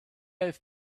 have